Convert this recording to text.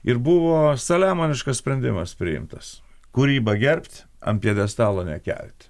ir buvo saliamoniškas sprendimas priimtas kūrybą gerbt ant pjedestalo nekelt